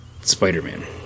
Spider-Man